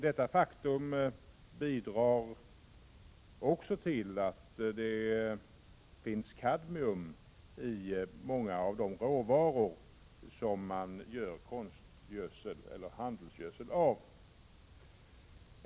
Detta faktum bidrar också till att det finns kadmium i många av de råvaror som ingår i konstgödsel eller handelsgödsel.